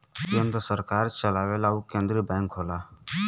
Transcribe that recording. केन्द्र सरकार चलावेला उ केन्द्रिय बैंक होला